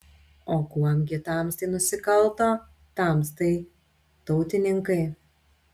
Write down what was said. o kuom gi tamstai nusikalto tamstai tautininkai